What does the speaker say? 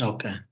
Okay